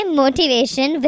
motivation